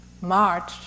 March